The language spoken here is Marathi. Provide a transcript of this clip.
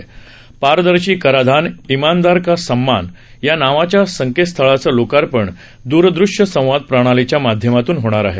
पारदर्शी कराधान इमानदार का सम्मान या नावाच्या संकेतस्थळाचं लोकार्पण द्रदृश्य संवाद प्रणालीच्या माध्यमातून होणार आहे